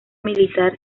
militar